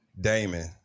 Damon